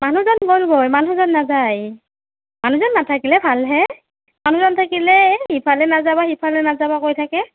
মানুহজন গ'লগৈ মানুহজন নাযায় মানুহজন নাথাকিলে ভাল হে মানুহজন থাকিলে এই ইফালে নাযাবা সিফালে নাযাবা কৈ থাকে